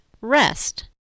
rest